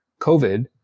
COVID